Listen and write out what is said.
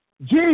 Jesus